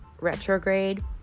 retrograde